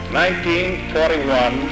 1941